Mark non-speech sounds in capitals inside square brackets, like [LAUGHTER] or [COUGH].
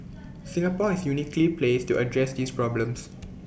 [NOISE] Singapore is uniquely placed to address these problems